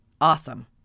Awesome